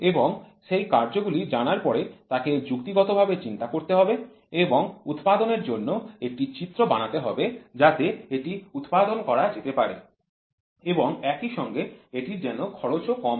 এবং সেই কার্য গুলি জানার পরে তাকে যুক্তিগত ভাবে চিন্তা করতে হবে এবং উৎপাদনের জন্য একটি চিত্র বানাতে হবে যাতে এটি উৎপাদন করা যেতে পারে এবং একই সঙ্গে এটির যেন খরচও কম হয়